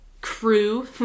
crew